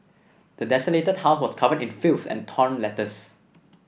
the desolated house was covered in filth and torn letters